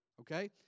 Okay